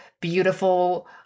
beautiful